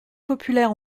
populaire